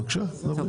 בבקשה, שלי.